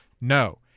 No